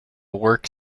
work